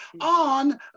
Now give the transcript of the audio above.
on